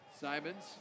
Simons